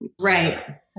Right